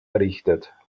errichtet